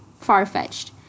far-fetched